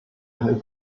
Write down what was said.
ein